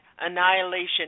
annihilation